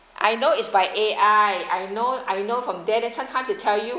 I know is by A_I I know I know from there sometimes they tell you